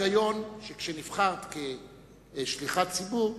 ההיגיון הוא שכשנבחרת כשליחת ציבור,